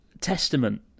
testament